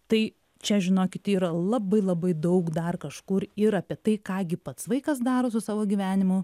tai čia žinokit yra labai labai daug dar kažkur ir apie tai ką gi pats vaikas daro su savo gyvenimu